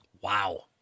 Wow